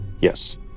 Yes